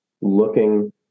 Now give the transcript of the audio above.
looking